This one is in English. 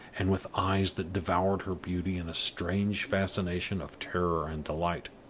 and with eyes that devoured her beauty in a strange fascination of terror and delight.